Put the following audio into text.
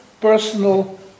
personal